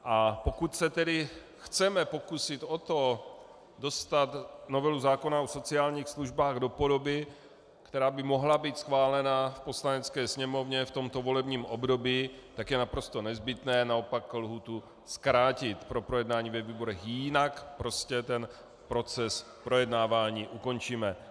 A pokud se chceme pokusit o to dostat novelu zákona o sociálních službách do podoby, která by mohla být schválena v Poslanecké sněmovně v tomto volebním období, tak je naprosto nezbytné naopak lhůtu zkrátit pro projednání ve výborech, jinak prostě ten proces projednávání ukončíme.